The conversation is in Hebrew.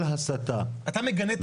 אתה מגנה?